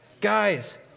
Guys